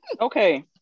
Okay